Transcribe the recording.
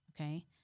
Okay